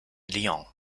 lyon